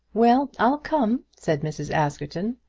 well, i'll come, said mrs. askerton,